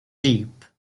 deep